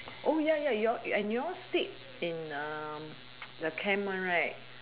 ya ya you all sleep and you all sleep in the camp one right